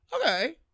okay